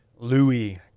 Louis